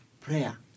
prayer